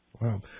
Wow